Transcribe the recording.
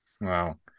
Wow